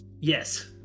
Yes